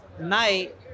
night